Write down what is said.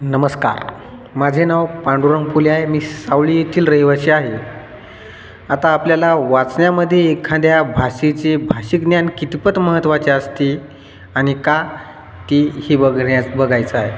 नमस्कार माझे नाव पांडुरंग फुले आहे मी सावली येथील रहिवासी आहे आता आपल्याला वाचण्यामध्ये एखाद्या भाषेचे भाषिक ज्ञान कितीपत महत्वाचे असते आणि का ती हे बघण्या बघायचं आहे